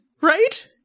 right